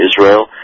Israel